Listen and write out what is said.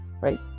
right